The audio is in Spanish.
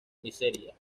miseria